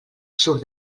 surt